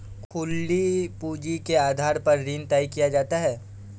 खुली पूंजी के आधार पर ऋण तय किया जाता है